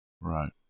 Right